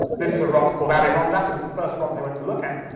this was a rock called adirondack, it was the first rock they went to look at.